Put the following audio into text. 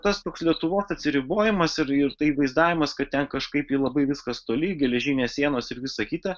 tas toks lietuvos atsiribojimas ir ir tai vaizdavimas kad ten kažkaip tai labai viskas toli geležinės sienos ir visa kita